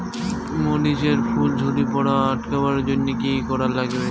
মরিচ এর ফুল ঝড়ি পড়া আটকাবার জইন্যে কি কি করা লাগবে?